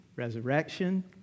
Resurrection